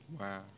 Wow